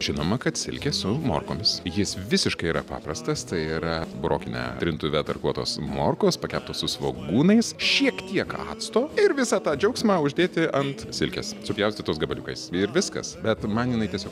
žinoma kad silkė su morkomis jis visiškai yra paprastas tai yra burokine trintuve tarkuotos morkos pakeptos su svogūnais šiek tiek acto ir visą tą džiaugsmą uždėti ant silkės supjaustytos gabaliukais ir viskas bet man jinai tiesio